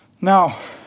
Now